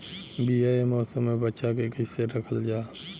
बीया ए मौसम में बचा के कइसे रखल जा?